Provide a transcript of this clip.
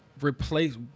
replace